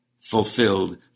fulfilled